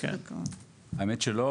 האמת שלא,